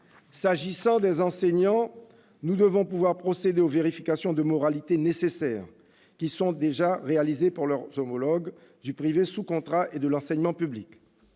s'agissant des enseignants, nous devons pouvoir procéder aux vérifications de moralité nécessaires, qui sont déjà réalisées pour leurs homologues du privé sous contrat et de l'enseignement public.